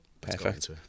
Perfect